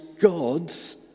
God's